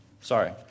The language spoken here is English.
Sorry